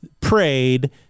prayed